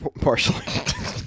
partially